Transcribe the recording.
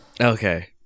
Okay